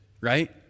right